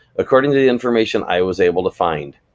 according to the information i was able to find.